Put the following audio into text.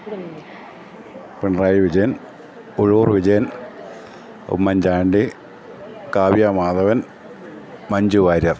Pinarayi Vijayan Uzhavoor Vijayan Oommen Chandy Kavya Madhavan Manju Warrier